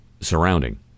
surrounding